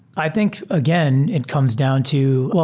i think again, it comes down to wel